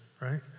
right